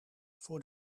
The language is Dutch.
voor